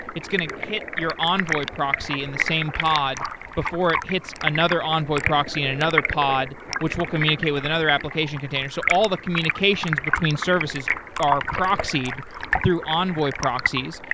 it's going to hit your envoy proxy in the same pod before it hits another envoy proxy in another pod which will communicate with another application container. so all the communications between services are proxied through envoy proxies,